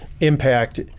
impact